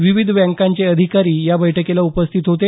विविध बँकांचे अधिकारी या बैठकीला उपस्थित होते